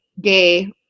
gay